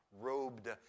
robed